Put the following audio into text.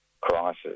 crisis